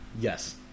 Yes